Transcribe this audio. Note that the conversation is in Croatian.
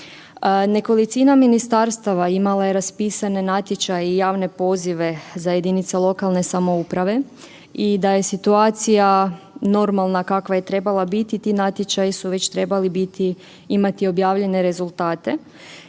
Nekolicina ministarstva imala je raspisane natječaje i javne pozive za jedinice lokalne samouprave i da je situacija normalna kakva je trebala biti ti natječaji su već trebali biti imati objavljene rezultate.